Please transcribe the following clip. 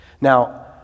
Now